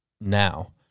now